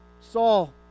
Saul